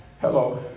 hello